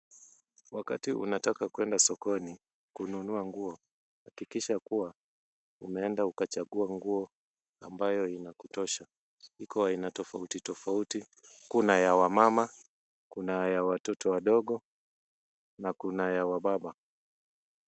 Wakati unataka kwenda sokoni kununua nguo, hakikisha kuwa umeenda ukachagua nguo ambayo inakutosha ziko aina tofauti tofauti kuna ya wa mama kuna ya watoto wadogo na kuna ya wa baba.